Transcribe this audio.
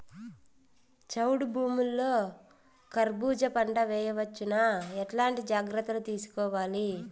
చౌడు భూముల్లో కర్బూజ పంట వేయవచ్చు నా? ఎట్లాంటి జాగ్రత్తలు తీసుకోవాలి?